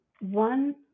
One